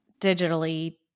digitally